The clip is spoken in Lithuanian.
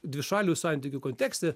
dvišalių santykių kontekste